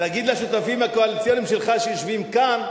תגיד לשותפים הקואליציוניים שלך שיושבים כאן,